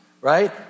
right